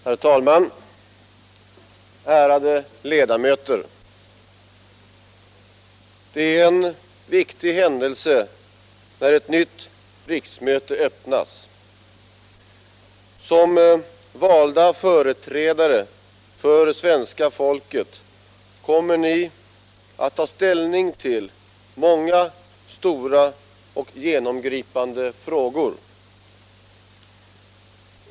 Herr talman, ärade ledamöter! Det är en viktig händelse när ett nytt riksmöte öppnas. Som valda företrädare för svenska folket kommer ni att ta ställning till många stora och genomgripande frågor.